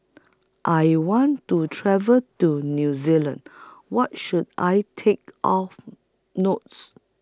I want to travel to New Zealand What should I Take of Notes